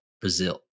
Brazil